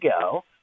go